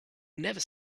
never